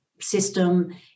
system